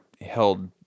held